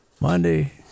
Monday